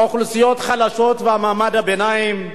האוכלוסיות החלשות ומעמד הביניים,